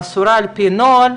אסורה על פי נוהל,